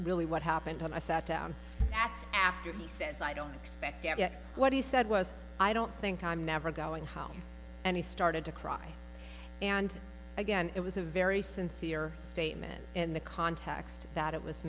really what happened and i sat down that's after he says i don't expect get what he said was i don't think i'm never going home and he started to cry and again it was a very sincere statement in the context that it was